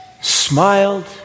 smiled